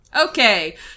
Okay